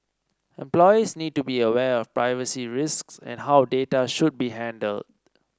employees need to be aware of privacy risks and how data should be handled